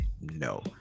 no